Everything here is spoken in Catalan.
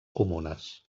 comunes